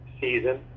season